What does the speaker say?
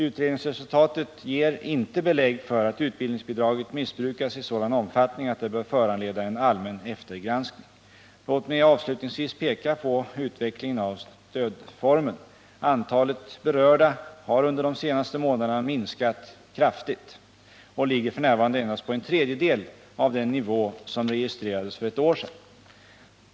Utredningsresultaten ger inte belägg för att utbildningsbidraget missbrukats i en sådan omfattning att det bör föranleda en allmän eftergranskning. Låt mig avslutningsvis peka på utvecklingen av stödformen. Antalet berörda har under de senaste månaderna minskat kraftigt och ligger f. n. på endast en tredjedel av den nivå som registrerades för ett år sedan.